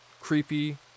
creepy